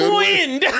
wind